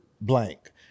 blank